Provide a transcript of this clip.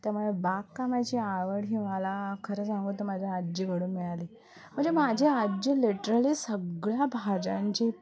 त्यामुळे बागकामाची आवड ही मला खरं सांगू तर माझ्या आजीकडून मिळाली म्हणजे माझे आजी लिटरली सगळ्या भाज्यांची